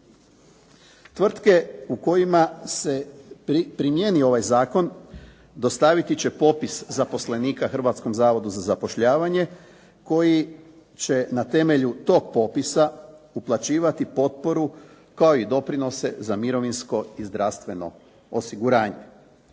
Tvrtke u kojima se primjeni ovaj zakon dostaviti će popis zaposlenika Hrvatskom zavodu za zapošljavanje koji će na temelju tog popisa uplaćivati potporu kao i doprinose za mirovinsko i zdravstveno osiguranje.